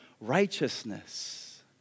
righteousness